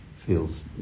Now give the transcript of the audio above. Feels